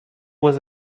was